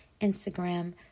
Instagram